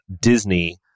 Disney